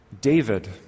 David